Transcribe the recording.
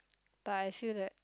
but I feel that